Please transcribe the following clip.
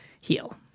heal